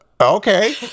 Okay